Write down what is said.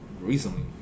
recently